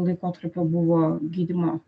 laikotarpio buvo gydymo